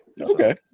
Okay